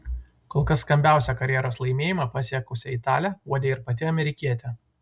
kol kas skambiausią karjeros laimėjimą pasiekusią italę guodė ir pati amerikietė